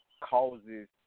causes